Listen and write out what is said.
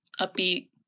upbeat